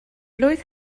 blwydd